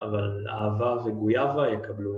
אבל אהבה וגויאבה יקבלו